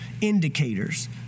indicators